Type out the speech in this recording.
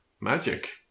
magic